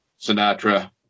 Sinatra